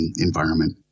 environment